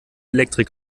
elektrik